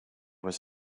was